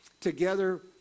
together